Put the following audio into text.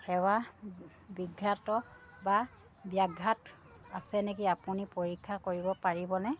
সেৱা বিভ্ৰাট বা ব্যাঘাত আছে নেকি আপুনি পৰীক্ষা কৰিব পাৰিবনে